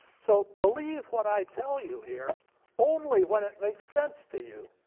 so believe what i tell you here only when it makes sense to you.